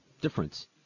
difference